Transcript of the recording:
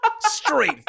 Straight